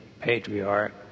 patriarch